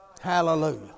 Hallelujah